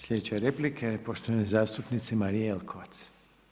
Sljedeća replika je poštovane zastupnice Marije Jelkovac.